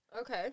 Okay